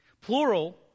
Plural